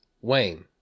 Wayne